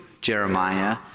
Jeremiah